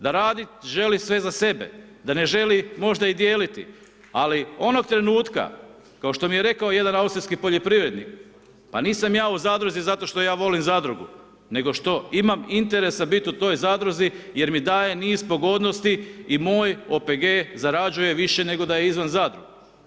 Da radit želi sve za sebe, da ne želi možda i dijeliti, ali onog trenutka kao što mi je rekao jedan austrijski poljoprivrednik, pa nisam ja u zadruzi zato što ja volim zadrugu, nego što imam interesa biti u toj zadruzi, jer mi daje niz pogodnosti i moj OPG zarađuje više nego da je izvan zadruge.